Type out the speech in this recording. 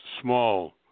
small